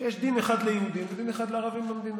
שיש דין אחד ליהודים ודין אחד לערבים במדינה.